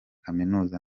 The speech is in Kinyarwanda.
kaminuza